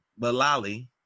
Malali